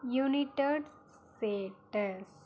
united status